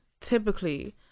Typically